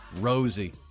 Rosie